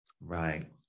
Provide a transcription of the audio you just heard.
Right